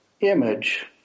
image